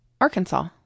Arkansas